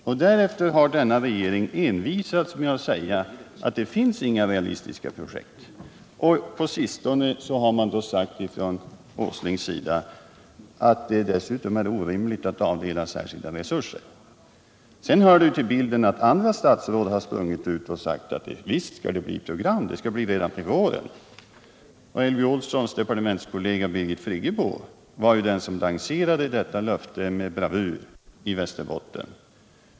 Och därefter har denna regering envisats med att hävda att det finns inga realistiska projekt. På sistone har Nils Åsling sagt att - Nr 52 det dessutom är orimligt att avdela särskilda resurser. Sedan hör det till bilden att andra statsråd har sprungit ut och sagt att visst skall det bli program — det skall det bli redan till våren. Elvy Olssons departementskollega, Birgit Friggebo, var den som med = Den fysiska bravur lanserade detta löfte i Västerbotten.